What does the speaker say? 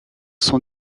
sont